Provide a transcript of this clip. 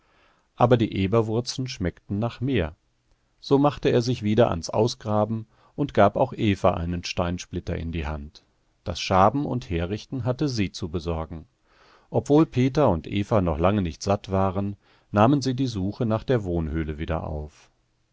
aber die eberwurzen schmeckten nach mehr so machte er sich wieder ans ausgraben und gab auch eva einen steinsplitter in die hand das schaben und herrichten hatte sie zu besorgen obwohl peter und eva noch lange nicht satt waren nahmen sie die suche nach der wohnhöhle wieder auf